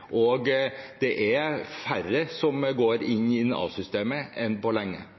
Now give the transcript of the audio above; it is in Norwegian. og det er færre enn på lenge som går inn i